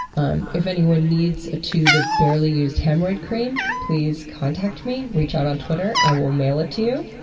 um if anyone needs to a tube of barely used hemorrhoid cream, please contact me reach out on twitter. i will mail it to you.